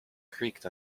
creaked